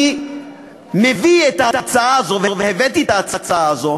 אני מביא את ההצעה הזאת, והבאתי את ההצעה הזאת,